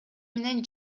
менен